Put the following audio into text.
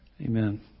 Amen